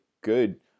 good